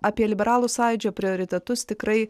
apie liberalų sąjūdžio prioritetus tikrai